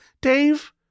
Dave